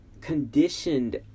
conditioned